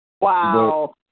Wow